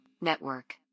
Network